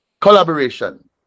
Collaboration